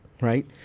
Right